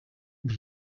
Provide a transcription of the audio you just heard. ngo